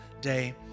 day